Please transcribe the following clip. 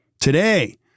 Today